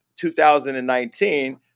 2019